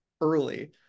early